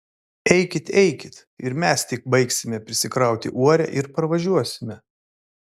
eikit eikit ir mes tik baigsime prisikrauti uorę ir parvažiuosime